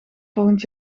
volgend